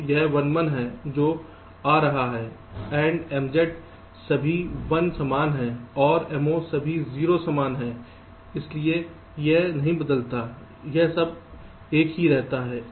तो यह 1 1 जो आ रहा है AND MZ सभी 1 समान है OR Mo सभी 0 समान है इसलिए यह नहीं बदलता है यह सब एक ही रहता है